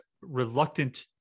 reluctant